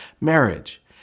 marriage